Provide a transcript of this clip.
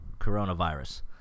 coronavirus